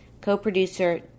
co-producer